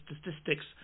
statistics